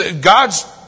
God's